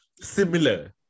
similar